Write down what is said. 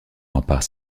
rempart